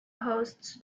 hosts